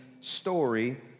story